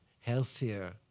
healthier